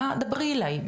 דברי אליי.